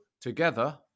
together